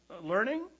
learning